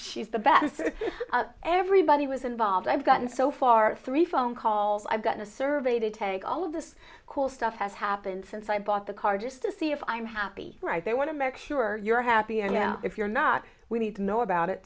she's the best everybody was involved i've gotten so far three phone calls i've gotten a survey to take all of this cool stuff has happened since i bought the car just to see if i'm happy right they want to make sure you're happy and if you're not we need to know about it